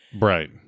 Right